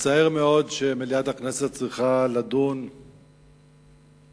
מצער מאוד שמליאת הכנסת צריכה לדון